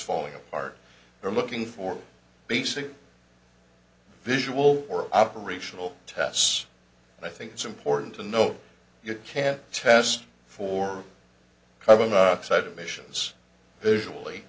falling apart they're looking for basic visual or operational tests and i think it's important to note you can't test for carbon dioxide emissions visually